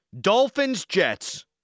Dolphins-Jets